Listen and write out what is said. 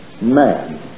man